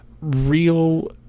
real